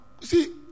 see